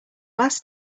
last